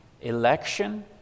election